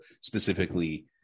specifically